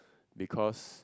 because